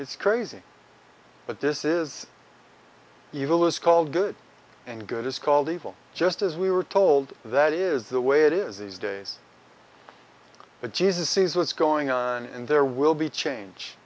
it's crazy but this is evil is called good and good is called evil just as we were told that is the way it is these days but jesus sees what's going on and there will be change